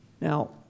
Now